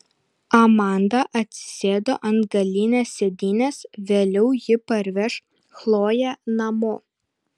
amanda atsisėdo ant galinės sėdynės vėliau ji parveš chloję namo